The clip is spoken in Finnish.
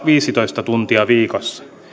viisitoista tuntia viikossa